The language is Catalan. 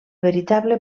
veritable